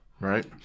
Right